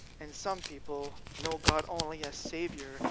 and some people know god only as saviour,